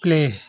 play